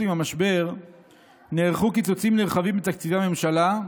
עם המשבר נערכו קיצוצים נרחבים בתקציבי הממשלה,